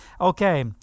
Okay